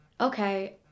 okay